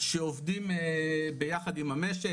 שעובדים ביחד עם המשק,